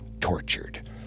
tortured